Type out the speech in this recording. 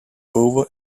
over